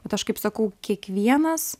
bet aš kaip sakau kiekvienas